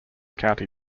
county